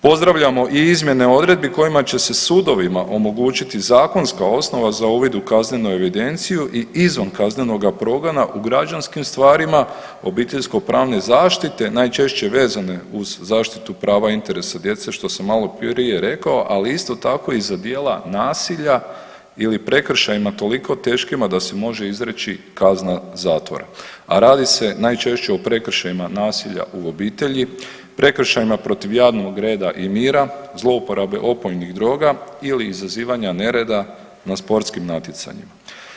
Pozdravljamo i izmjene odredbi kojima će se sudovima omogućiti zakonska osnova za uvid u kaznenu evidenciju i izvan kaznenoga progona u građanskim stvarima obiteljsko-pravne zaštite najčešće vezane uz zaštitu prava interesa djece što sam malo prije rekao, ali isto tako i za djela nasilja ili prekršajima toliko teškima da se može izreći kazna zatvora, a radi se najčešće o prekršajima nasilja u obitelji, prekršajima protiv javnog reda i mira, zlouporabe opojnih droga ili izazivanja nereda na sportskim natjecanjima.